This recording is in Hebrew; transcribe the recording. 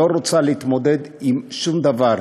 לא רוצה להתמודד עם שום דבר.